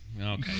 Okay